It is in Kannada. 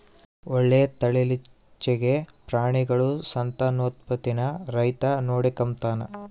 ಒಳ್ಳೆ ತಳೀಲಿಚ್ಚೆಗೆ ಪ್ರಾಣಿಗುಳ ಸಂತಾನೋತ್ಪತ್ತೀನ ರೈತ ನೋಡಿಕಂಬತಾನ